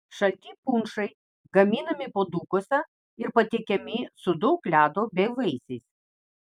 šalti punšai gaminami puodukuose ir patiekiami su daug ledo bei vaisiais